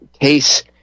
case